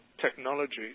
technologies